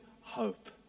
hope